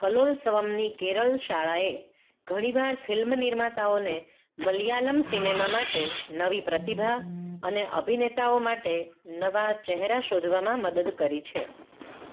કલોલસવમની કેરળ શાળાએ ઘણીવાર ફિલ્મ નિર્માતાઓને મલયાલમ સિનેમા માટે નવી પ્રતિભા અને અભિનેતાઓ માટે નવા ચહેરા શોધવામાં મદદ કરી છે